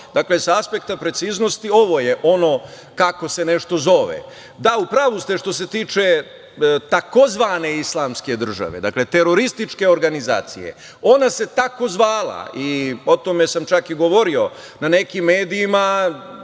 Dakle, sa aspekta preciznosti, ovo je ono kako se nešto zove. Da, u pravu ste što se tiče tzv. Islamske države, terorističke organizacije. Ona se tako zvala i o tome sam čak govorio na nekim medijima.